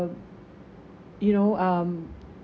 you know um